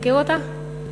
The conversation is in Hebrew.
מכיר אותה?